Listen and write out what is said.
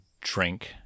drink